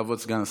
בכבוד, סגן השר.